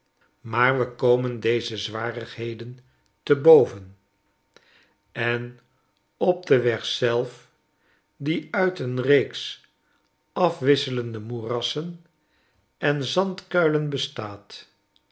maar we komen deze zwarigheden te boven en op den weg zelf die uit een reeks afwisselende moerassen en zandkuilen bestaat